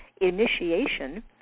Initiation